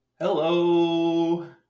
Hello